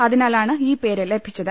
അതിനാലാണ് ഈ പേര് ലഭിച്ചത്